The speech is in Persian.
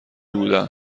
بودن